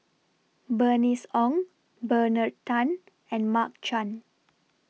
Bernice Ong Bernard Tan and Mark Chan